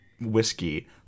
whiskey